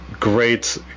Great